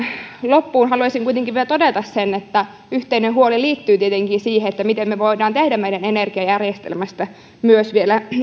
loppuun haluaisin kuitenkin vielä todeta sen että yhteinen huoli liittyy tietenkin siihen miten me voimme tehdä meidän energiajärjestelmästä vielä